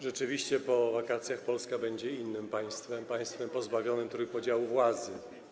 Rzeczywiście po wakacjach Polska będzie innym państwem, państwem pozbawionym trójpodziału władzy.